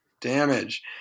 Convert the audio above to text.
damage